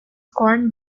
corn